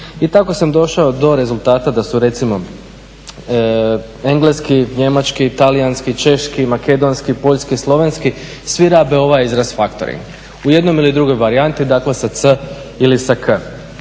I tako sam došao do rezultata da su recimo engleski, njemački, talijanski, češki, makedonski, poljski i slovenski svi rabe ovaj izraz faktoring, u jednoj ili drugoj varijanti dakle sa c ili sa k.